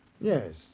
Yes